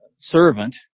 servant